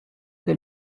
que